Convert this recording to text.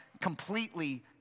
completely